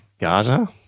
Gaza